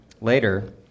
Later